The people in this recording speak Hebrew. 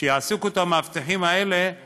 כשיעסיקו את המאבטחים האלה אז